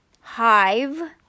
hive